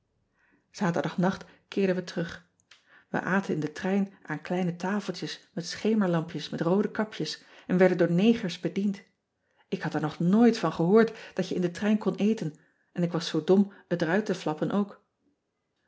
aterdagnacht keerden we terug e aten in den trein aan kleine tafeltjes met schemerlampjes met roode kapjes en werden door negers bediend k had er nog nooit van gehoord dat je in den trein kon eten en ik was zoo dom het er uit te flappen ook